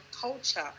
culture